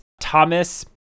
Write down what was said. Thomas